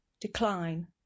Decline